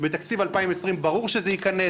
בתקציב 2020 ברור שזה ייכנס.